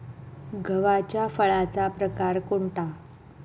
गव्हाच्या फळाचा प्रकार कोणता?